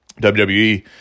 WWE